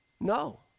No